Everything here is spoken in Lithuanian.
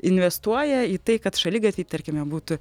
investuoja į tai kad šaligatviai tarkime būtų